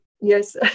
Yes